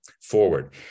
forward